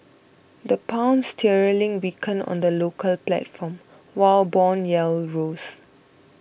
the Pound sterling weakened on the local platform while bond yields rose